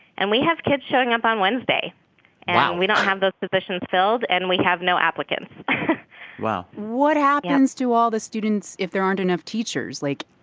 and we have kids showing up on wednesday wow and we don't have those positions filled, and we have no applicants wow yeah what happens to all the students if there aren't enough teachers. like,